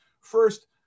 First